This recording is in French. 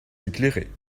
éclairés